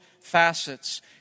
facets